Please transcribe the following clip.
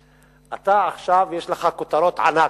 אתה, עכשיו, יש לך כותרות ענק,